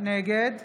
נגד